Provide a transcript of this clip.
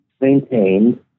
maintained